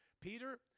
Peter